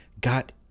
got